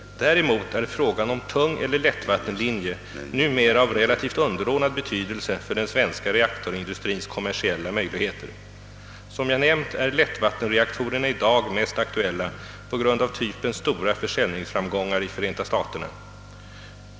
Däremot är frågan om tungeller lättvattenlinje numera av relativt underordnad betydelse för den svenska reaktorindustrins kommersiella möjligheter. Som jag nämnt är lättvattenreaktorerna i dag mest aktuella på grund av typens stora försäljningsframgångar i Förenta staterna.